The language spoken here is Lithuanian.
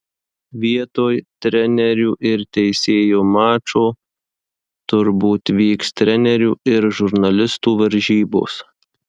vietoj trenerių ir teisėjų mačo turbūt vyks trenerių ir žurnalistų varžybos